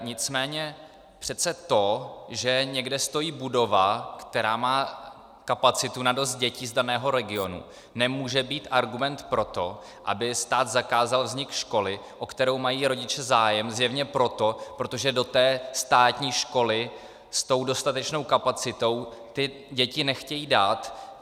Nicméně přece to, že někde stojí budova, která má kapacitu na dost dětí z daného regionu, nemůže být argument pro to, aby stát zakázal vznik školy, o kterou mají rodiče zájem zjevně proto, protože do té státní školy s tou dostatečnou kapacitou ty děti nechtějí dát.